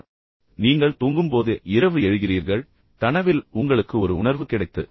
எனவே திடீரென்று நீங்கள் தூங்கும்போது இரவு எழுகிறீர்கள் கனவில் உங்களுக்கு ஒரு உணர்வு கிடைத்தது